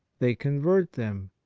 they convert them,